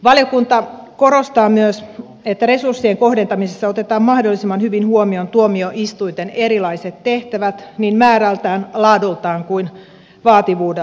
valiokunta korostaa myös että resurssien kohdentamisessa otetaan mahdollisimman hyvin huomioon tuomioistuinten erilaiset tehtävät niin määrältään laadultaan kuin vaativuudeltaankin